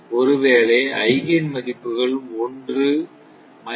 ஒருவேளை ஐகேன் மதிப்புகள் 1 0